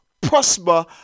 prosper